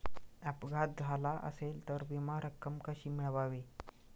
अपघात झाला असेल तर विमा रक्कम कशी मिळवावी?